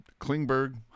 Klingberg